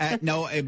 No